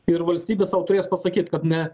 ir valstybė sau turės pasakyti kad ne